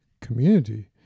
community